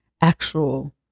actual